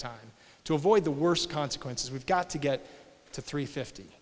time to avoid the worst consequences we've got to get to three fifty